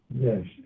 Yes